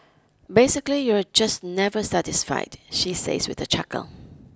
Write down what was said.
basically you're just never satisfied she says with a chuckle